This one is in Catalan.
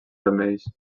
remeis